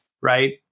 right